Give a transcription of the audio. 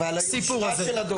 ועל היושרה של הדובר.